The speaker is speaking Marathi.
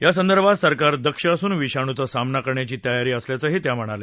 यासंदर्भात सरकार दक्ष असून विषाणूचा सामना करण्याची तयारी असल्याचंही त्या म्हणाल्या